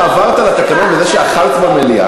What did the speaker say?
אני אומר שקודם עברת על התקנון בזה שאכלת במליאה.